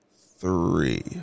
three